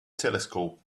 telescope